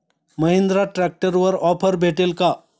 महिंद्रा ट्रॅक्टरवर ऑफर भेटेल का?